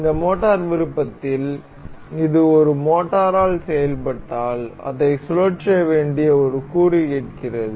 இந்த மோட்டார் விருப்பத்தில் இது ஒரு மோட்டாரால் செயல்பட்டால் அதை சுழற்ற வேண்டிய ஒரு கூறு கேட்கிறது